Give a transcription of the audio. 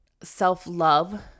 self-love